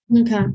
Okay